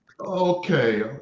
okay